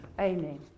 Amen